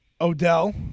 Odell